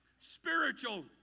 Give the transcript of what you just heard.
spiritual